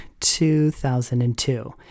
2002